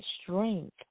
strength